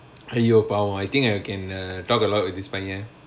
!aiyo! பாவோ:paavo I think I can err talk a lot with this பைய:paiya